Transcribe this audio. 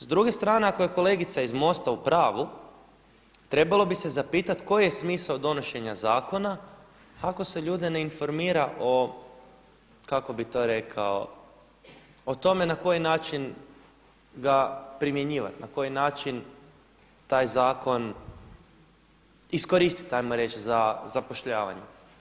S druge strane ako je kolegica iz MOST-a u pravu trebalo bi se zapitati koji je smisao donošenja zakona ako se ljude ne informira o kako bi to rekao o tome na koji način ga primjenjivati, na koji način taj zakon iskoristiti za zapošljavanje.